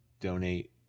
donate